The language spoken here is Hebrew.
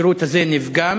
השירות הזה נפגם.